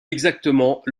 exactement